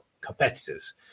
competitors